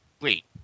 Wait